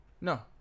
No